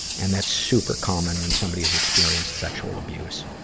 and that's super common, when somebody has experienced sexual abuse.